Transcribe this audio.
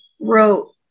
wrote